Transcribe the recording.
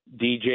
dj